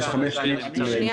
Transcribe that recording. אם אני